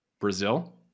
Brazil